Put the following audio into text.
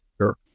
Sure